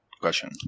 question